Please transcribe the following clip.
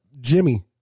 Jimmy